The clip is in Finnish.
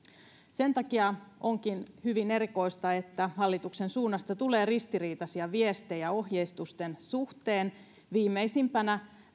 sen takia onkin hyvin erikoista että hallituksen suunnasta tulee ristiriitaisia viestejä ohjeistusten suhteen viimeisimpänä